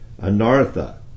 Anartha